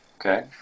Okay